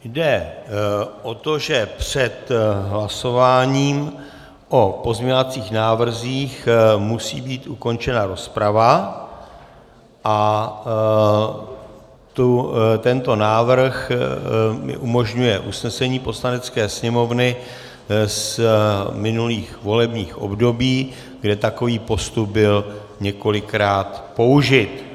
Jde o to, že před hlasováním o pozměňovacích návrzích musí být ukončena rozprava a tento návrh mi umožňuje usnesení Poslanecké sněmovny z minulých volebních období, kde takový postup byl několikrát použit.